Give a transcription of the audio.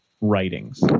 writings